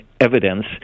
evidence